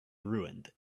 ruined